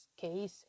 case